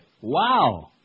Wow